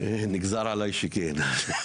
נגזר עליי שכן.